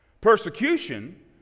Persecution